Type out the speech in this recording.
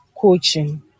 coaching